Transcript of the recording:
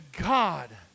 God